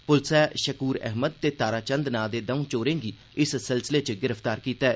पुलसै शकूर अहमद ते तारा चंद नां दे दौँ चोरें गी इस सिलसिले च गिरफ्तार कीता ऐ